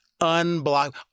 unblock